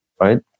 Right